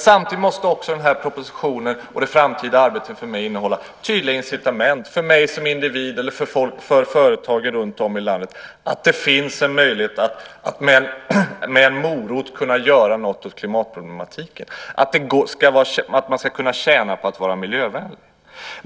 Samtidigt måste också propositionen och det framtida arbetet innehålla tydliga incitament för mig som individ och för företag runtom i landet - incitament som visar att det finns möjligheter att med en "morot" göra något åt klimatproblematiken och att man kan tjäna på att vara miljövänlig.